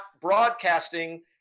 broadcasting